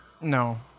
No